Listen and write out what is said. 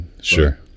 sure